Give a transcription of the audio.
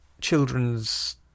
children's